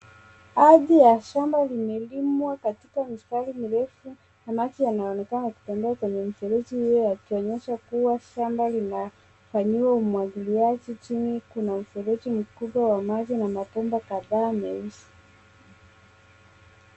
Ardhi ya shamba limelimwa katika mistari mirefu na maji yanaonekana yakitembea kwenye mifereji hio yakionyesha kuwa shamba linafanyiwa umwagiliaji. Chini kuna mifereji mikubwa wa maji na mabomba kadhaa meusi.